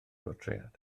bortread